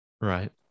Right